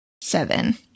seven